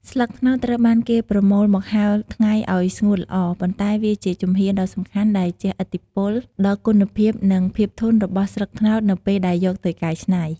ស្លឹកត្នោតត្រូវបានគេប្រមូលមកហាលថ្ងៃឱ្យស្ងួតល្អ ប៉ុន្តែវាជាជំហានដ៏សំខាន់ដែលជះឥទ្ធិពលដល់គុណភាព និងភាពធន់របស់ស្លឹកត្នោតនៅពេលដែលយកទៅកែច្នៃ។